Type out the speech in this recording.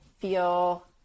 feel